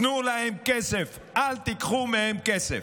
תנו להם כסף, אל תיקחו מהם כסף.